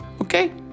Okay